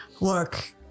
Look